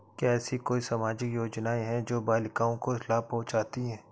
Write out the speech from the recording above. क्या ऐसी कोई सामाजिक योजनाएँ हैं जो बालिकाओं को लाभ पहुँचाती हैं?